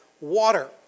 water